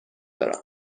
دارم